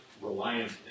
reliance